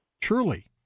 Truly